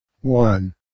One